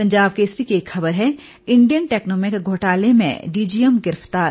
पंजाब केसरी की एक खबर है इंडियन टैक्नोमेक घोटाले में डीजीएम गिरफतार